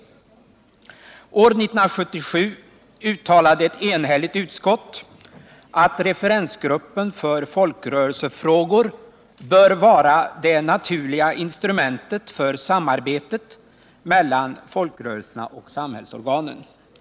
År 1977 uttalade ett enhälligt utskott att referensgruppen för folkrörelsefrågor bör vara det naturliga instrumentet för samarbetet mellan folkrörelserna och samhällsorganen.